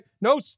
no